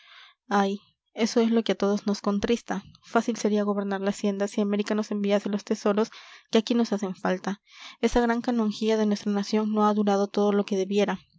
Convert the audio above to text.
ay eso es lo que a todos nos contrista fácil sería gobernar la hacienda si américa nos enviase los tesoros que aquí nos hacen falta esa gran canonjía de nuestra nación no ha durado todo lo que debiera